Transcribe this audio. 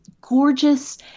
gorgeous